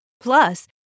Plus